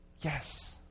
Yes